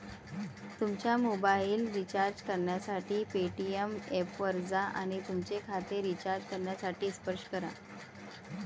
तुमचा mobile recharge करण्यासाठी Paytm ऐपवर जा आणि तुमचे खाते रिचार्ज करण्यासाठी स्पर्श करा